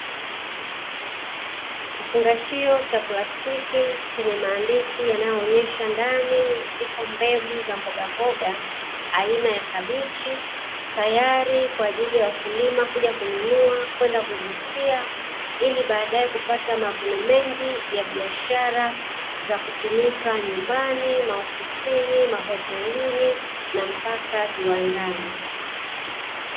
kifungashio cha plastiki, chenye maandishi yanayoonyesha ndani zipo mbegu za mbogamboga aina ya kabichi, tayari kwa ajili ya wakulima kuja kununua kwenda kuzisia, ili baadaye kupata mavuno mengi ya biashara za kutumika nyumbani maofisini mahotelini na mpaka viwandani.